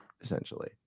essentially